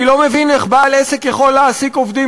אני לא מבין איך בעל עסק יכול להעסיק עובדים